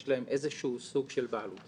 יש להם איזה שהוא סוג של בעלות.